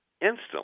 instantly